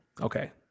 okay